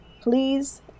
Please